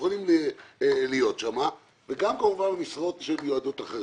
יכולים להיות שם וגם כמובן משרות שמיועדות לחרדים.